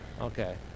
okay